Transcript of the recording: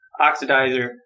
oxidizer